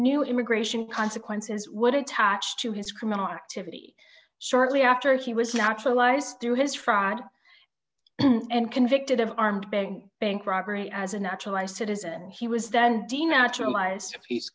knew immigration consequences would attach to his criminal activity shortly after he was naturalized through his fraud and convicted of armed bank bank robbery as a naturalized citizen he was then dean naturalized